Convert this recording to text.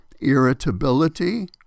irritability